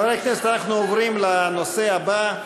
חברי הכנסת, אנחנו עוברים לנושא הבא,